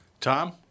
Tom